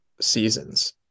seasons